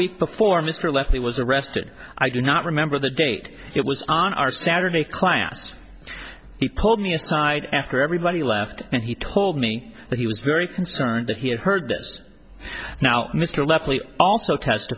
week before mr leslie was arrested i do not remember the date it was on our saturday class he pulled me aside after everybody left and he told me that he was very concerned that he had heard this now mr